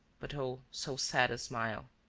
but, oh, so sad a smile!